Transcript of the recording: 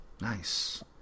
Nice